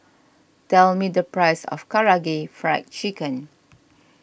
tell me the price of Karaage Fried Chicken